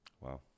Wow